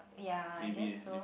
ya I guess so